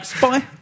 Bye